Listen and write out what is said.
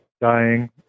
dying